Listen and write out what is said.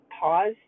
pause